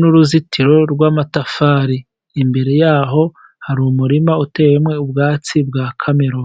n'uruzitiro rw'amatafari, imbere yaho hari umurima utewemo ubwatsi bwa kameroni.